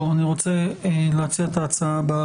בואו, אני רוצה להציע את ההצעה הבאה.